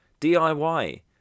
DIY